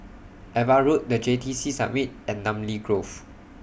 AVA Road The J T C Summit and Namly Grove